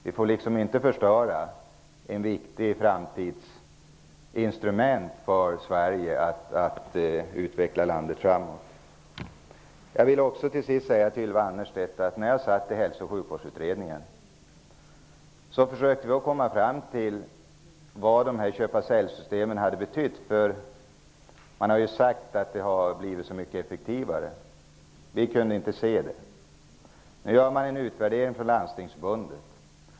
Vi får inte förstöra ett viktigt framtidsinstrument för att utveckla Sverige framåt. Jag vill till sist säga följande till Ylva Annerstedt: När jag satt i Hälso och sjukvårdsutredningen försökte vi att komma fram till vad köpa--säljsystemen har betytt. Man har ju sagt att verksamheterna har blivit så mycket effektivare. Vi kunde inte se det. Nu gör Landstingsförbundet en utvärdering.